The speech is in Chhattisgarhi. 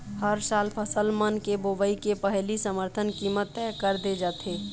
हर साल फसल मन के बोवई के पहिली समरथन कीमत तय कर दे जाथे